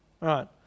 right